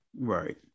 Right